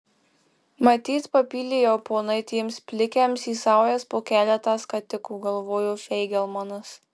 matyt papylė jau ponai tiems plikiams į saujas po keletą skatikų galvojo feigelmanas